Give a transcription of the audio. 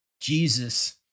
Jesus